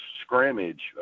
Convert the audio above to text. scrimmage